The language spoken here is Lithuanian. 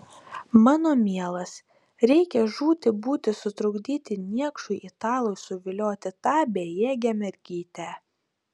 mano mielas reikia žūti būti sutrukdyti niekšui italui suvilioti tą bejėgę mergytę